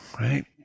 right